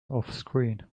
offscreen